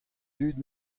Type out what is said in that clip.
dud